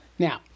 Now